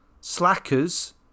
Slackers